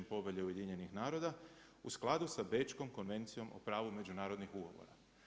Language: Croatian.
Povelje Ujedinjenih naroda u skladu sa Bečkom konvencijom o pravu međunarodnih ugovora.